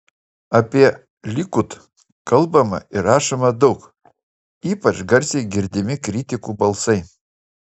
apie likud kalbama ir rašoma daug ypač garsiai girdimi kritikų balsai